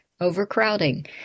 overcrowding